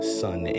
sun